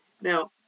Now